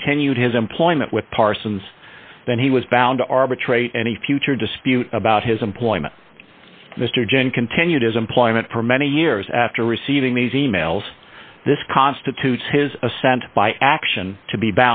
continued his employment with parsons then he was bound to arbitrate any future dispute about his employment mr jenner continued his employment for many years after receiving these e mails this constitutes his assent by action to be